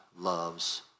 loves